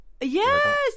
Yes